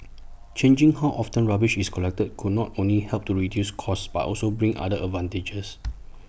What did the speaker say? changing how often rubbish is collected could not only help to reduce costs but also bring other advantages